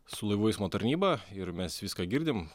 su laivų eismo tarnyba ir mes viską girdim